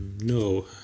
No